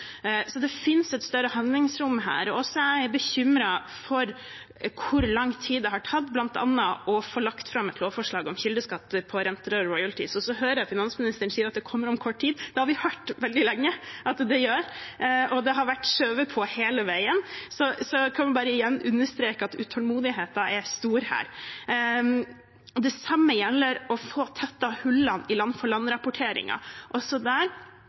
Så det finnes et større handlingsrom her. Jeg er også bekymret for hvor lang tid det har tatt bl.a. å få lagt fram et lovforslag om kildeskatt på renter og royalties, og så hører jeg finansministeren si at det kommer om kort tid. Det har vi hørt veldig lenge at det gjør, og det har vært skjøvet på hele veien, så jeg vil bare igjen understreke at utålmodigheten er stor her. Det samme gjelder det å få tettet hullene i